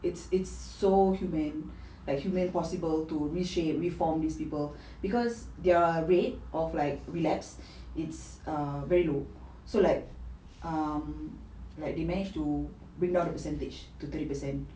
it's it's so humane and humane possible to reshape reform these people because their rate of like relapse it's a very low so like um like they managed to bring down the percentage to thirty percent